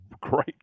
great